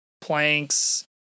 planks